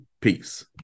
Peace